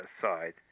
aside